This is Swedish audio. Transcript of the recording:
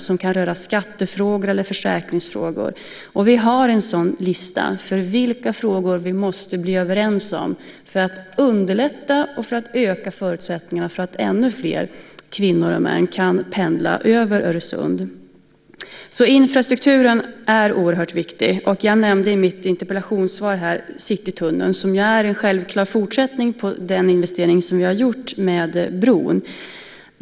Det kan röra skattefrågor eller försäkringsfrågor. Vi har en sådan lista för vilka frågor vi måste bli överens om för att underlätta och för att öka förutsättningarna för att ännu fler kvinnor och män kan pendla över Öresund. Infrastrukturen är oerhört viktig. Jag nämnde i mitt interpellationssvar Citytunneln. Det är en självklar fortsättning på den investering vi har gjort med bron.